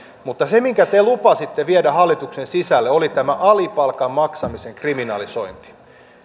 mutta se minkä te lupasitte viedä hallituksen sisälle oli tämä alipalkan maksamisen kriminalisointi